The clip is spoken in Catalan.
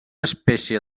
espècie